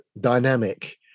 dynamic